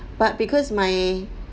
but because my